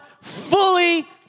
fully